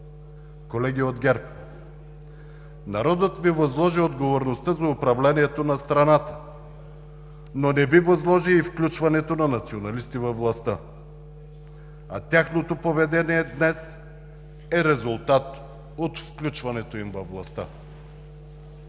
Колеги от ГЕРБ! Народът Ви възложи отговорността за управлението на страната, но не Ви възложи и включването на националисти във властта, а тяхното поведение днес е резултат от включването им във властта.